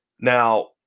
Now